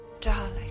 darling